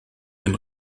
den